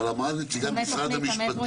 ואמרה את זה נציגת משרד המשפטים,